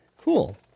cool